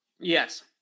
Yes